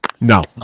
No